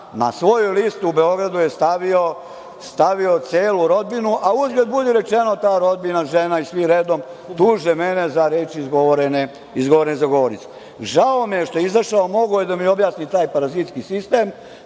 na svoju listu u Beogradu je stavio celu rodbinu, a uzgred budi rečeno, ta rodbina, žena i svi redom, tuže mene za reči izgovorene za govornicom. Žao mi je što je izašao, mogao je da mi objasni taj parazitski sistem,